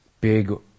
big